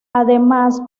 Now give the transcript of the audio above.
además